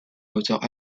moteur